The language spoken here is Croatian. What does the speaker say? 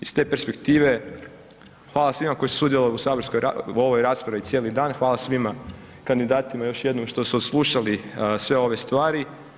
Iz te perspektive hvala svima koji su sudjelovali u saborskoj raspravi, u ovoj raspravi cijeli dan, hvala svima kandidatima još jednom što su odslušali sve ove stvari.